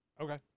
Okay